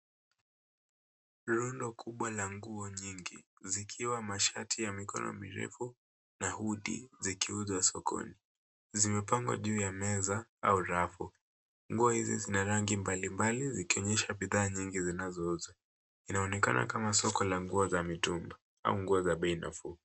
Rundo kubwa la nguo nyingi, zikiwa mashati ya mikono mirefu na hoodie zikiuzwa sokoni. Zimepangwa juu ya meza au rafu. Nguo hizi zina rangi mbalimbali zikionyesha bidhaa nying zinazouzwa. Inaonekana kama duka la mitumba au nguo za bei nafuu .